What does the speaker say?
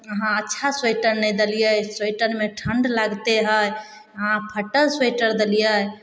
अहाँ अच्छा स्वेटर नहि देलियै स्वेटरमे ठण्ड लागिते हइ अहाँ फटल स्वेटर देलियै